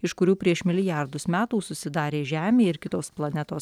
iš kurių prieš milijardus metų susidarė žemė ir kitos planetos